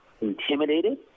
intimidated